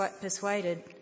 persuaded